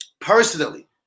personally